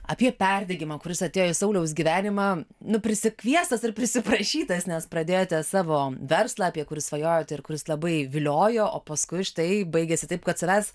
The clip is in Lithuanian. apie perdegimą kuris atėjo į sauliaus gyvenimą nuo prisikviestas ir prisiprašytas nes pradėjote savo verslą apie kurį svajojote ir kuris labai viliojo o paskui štai baigėsi taip kad savęs